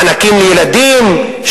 מענקים לילדים,